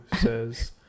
says